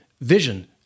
vision